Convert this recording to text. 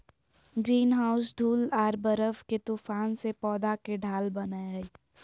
greenhouse धूल आर बर्फ के तूफान से पौध के ढाल बनय हइ